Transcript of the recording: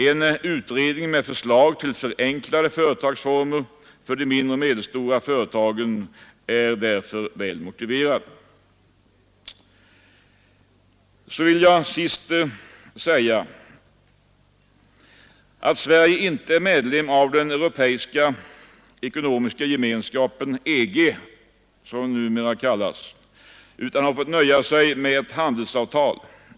En utredning med förslag till förenklade företagsformer för de mindre och medelstora företagen är därför väl motiverad. Sverige är inte medlem av den europeiska gemenskapen — EG, som den numera kallas — utan har fått nöja sig med ett handelsavtal.